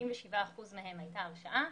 וב-77% מהן הייתה הרשעה.